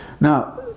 Now